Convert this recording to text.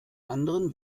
anderen